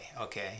okay